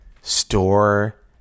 store